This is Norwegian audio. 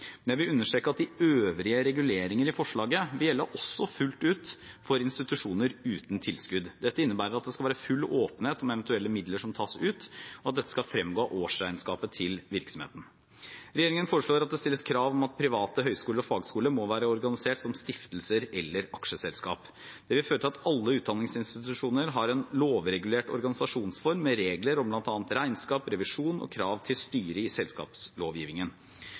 Jeg vil understreke at de øvrige reguleringer i forslaget også vil gjelde fullt ut for institusjoner uten tilskudd. Dette innebærer at det skal være full åpenhet om eventuelle midler som tas ut, og at dette skal fremgå av årsregnskapet til virksomheten. Regjeringen foreslår at det stilles krav om at private høyskoler og fagskoler må være organisert som stiftelser eller aksjeselskap. Det vil føre til at alle utdanningsinstitusjoner har en lovregulert organisasjonsform med regler om bl.a. regnskap, revisjon og krav til styre i